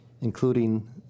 including